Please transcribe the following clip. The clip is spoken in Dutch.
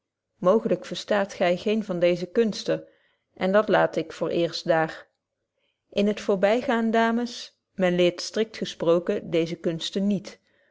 mooglyk verstaat gy geen van deeze kunsten en dat laat ik voor eerst daar in t voorbygaan dames men leert strikt gesproken deeze kunsten niet